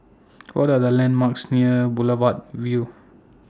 What Are The landmarks near Boulevard Vue